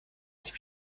nicht